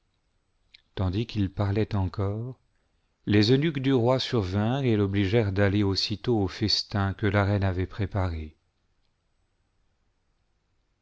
tandis qu'ils parlaient encore les eunucines du roi survinrent et l'obligèrent d'aller aussitôt au festin que la rciue avait préparé